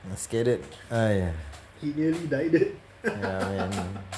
scared !haiya! ya man